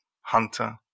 hunter